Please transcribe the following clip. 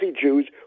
Jews